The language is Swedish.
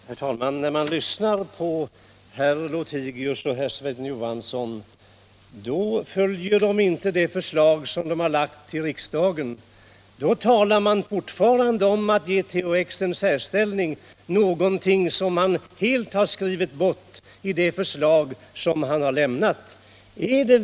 tionella behand Herr talman! När man lyssnar på herr Lothigius och herr Johansson = lingsmetoder inom i Skärstad finner man att de inte följer det förslag som de lagt fram sjukvården, m.m. för riksdagen. I debatten talar de fortfarande om att ge THX en sär ställning — någonting som de helt skrivit bort i det förslag som de har lämnat.